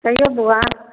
कहिऔ बौआ